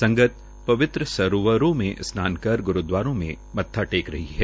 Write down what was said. संगत पवित्र सरोवरों में स्नान कर ग्रूद्वारों में माथा टेक रही है